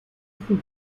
sufría